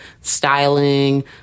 styling